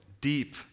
deep